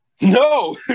No